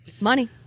Money